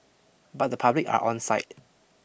but the public are on side